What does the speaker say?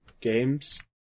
games